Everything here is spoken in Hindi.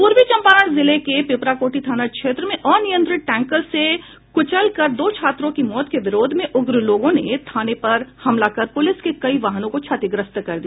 पूर्वी चम्पारण जिले के पिपराकोठी थाना क्षेत्र में अनियंत्रित टैंकर से कुचल कर दो छात्रों की मौत के विरोध में उग्र लोगों ने थाने पर हमला कर पुलिस के कई वाहनों को क्षतिग्रस्त कर दिया